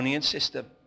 system